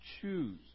choose